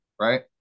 right